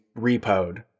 repoed